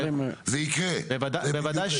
זה יקרה, זה בדיוק העניין.